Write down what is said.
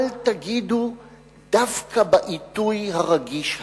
אל תגידו "דווקא בעיתוי הרגיש הזה".